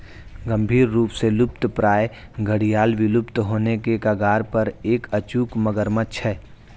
गंभीर रूप से लुप्तप्राय घड़ियाल विलुप्त होने के कगार पर एक अचूक मगरमच्छ है